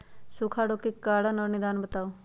सूखा रोग के कारण और निदान बताऊ?